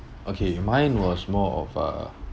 okay mine was more of a